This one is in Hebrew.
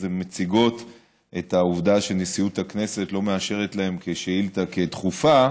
אז הן מציגות את העובדה שנשיאות הכנסת לא מאשרת להן שאילתה כדחופה,